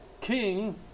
king